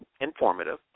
informative